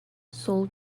soul